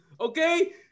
Okay